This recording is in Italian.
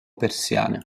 persiane